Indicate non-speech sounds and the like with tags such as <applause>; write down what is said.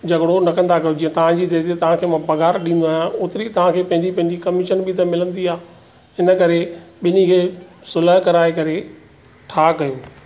झगड़ो न कंदा कयो जीअं तव्हां जी <unintelligible> तव्हांखे मां पघारु ॾींदो आहियां होतिरी तव्हांखे पंहिंजी पंहिंजी कमीशन बि त मिलंदी आहे हिन करे ॿिनि खे सुलाह कराए करे ठा कयूं